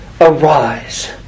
Arise